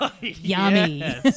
Yummy